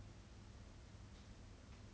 that you won't ask your parents for money privilege